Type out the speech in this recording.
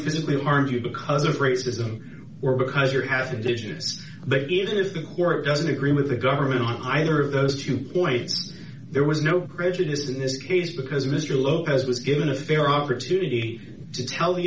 physically harmed you because of racism or because you have indigenous but even if the court doesn't agree with the government on either of those two points there was no prejudice in this case because mr lopez was given a fair opportunity to tell the